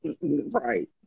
Right